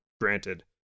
granted